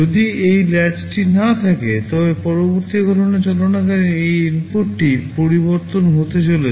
যদি এই ল্যাচটি না থাকে তবে পরবর্তী গণনা চলাকালীন এই ইনপুটটি পরিবর্তন হতে চলেছে